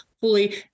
fully